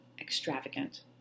extravagant